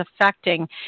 affecting